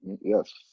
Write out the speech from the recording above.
Yes